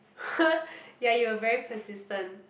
ya you were very persistent